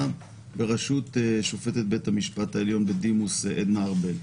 בראשות שופטת בית המשפט העליון בדימוס עדנה ארבל.